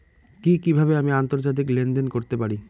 কি কিভাবে আমি আন্তর্জাতিক লেনদেন করতে পারি?